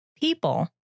people